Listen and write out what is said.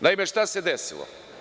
Naime, šta se desilo?